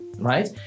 right